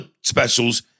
specials